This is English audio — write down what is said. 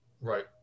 Right